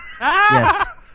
Yes